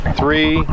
three